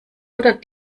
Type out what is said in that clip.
oder